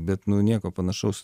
bet nu nieko panašaus